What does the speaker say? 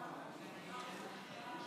להלן תוצאות